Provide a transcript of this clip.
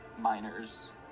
miners